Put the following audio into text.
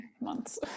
months